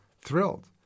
thrilled